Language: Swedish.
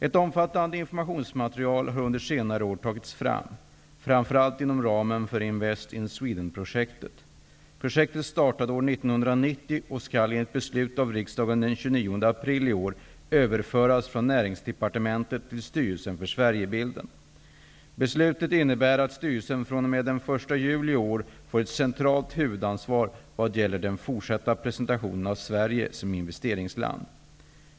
Ett omfattande informationsmaterial har under senare år tagits fram, framför allt inom ramen för april i år överföras från Näringsdepartementet till Styrelsen fr.o.m. den 1 juli i år får ett centralt huvudansvar vad gäller den fortsatta presentationen av Sverige som investeringsland.